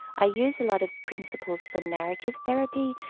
i use a lot of principles from narrative therapy,